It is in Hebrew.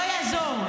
תקשיבו, זה לא יעזור.